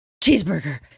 cheeseburger